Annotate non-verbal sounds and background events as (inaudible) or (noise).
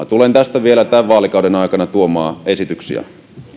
(unintelligible) tulen tästä vielä tämän vaalikauden aikana tuomaan esityksiä